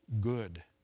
good